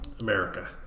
America